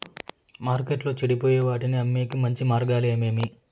మార్కెట్టులో చెడిపోయే వాటిని అమ్మేకి మంచి మార్గాలు ఏమేమి